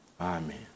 Amen